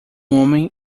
homem